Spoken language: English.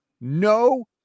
No